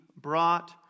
brought